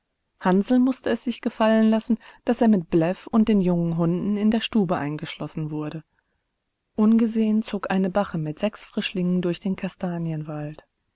hansl mußte es sich gefallen lassen daß er mit bläff und den jungen hunden in der stube eingeschlossen wurde ungesehen zog eine bache mit sechs frischlingen durch den